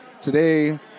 today